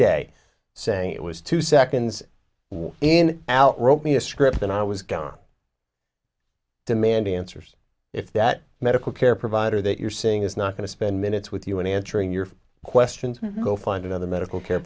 day saying it was two seconds in out wrote me a script and i was gone demanding answers if that medical care provider that you're seeing is not going to spend minutes with you and answering your questions go find another medical care